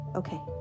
okay